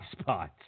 spots